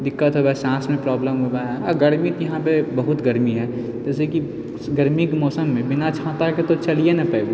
दिक्कत होइ हइ साँसमे प्रोब्लेम होइ हइ आओर गरमीके यहाँपर बहुत गरमी हइ जैसेकि गरमीके मौसममे बिना छाताके तऽ चलिए नहि पइबू